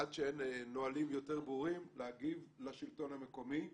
עד שאין נהלים יותר ברורים לשלטון המקומי להגיב.